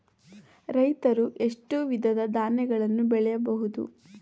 ರೈತರು ಎಷ್ಟು ವಿಧದ ಧಾನ್ಯಗಳನ್ನು ಬೆಳೆಯಬಹುದು?